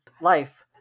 life